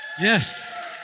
Yes